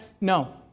No